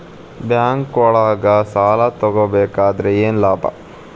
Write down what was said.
ಬ್ಯಾಂಕ್ನೊಳಗ್ ಸಾಲ ತಗೊಬೇಕಾದ್ರೆ ಏನ್ ಲಾಭ?